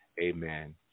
amen